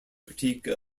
critique